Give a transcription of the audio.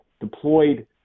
deployed